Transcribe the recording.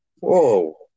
Whoa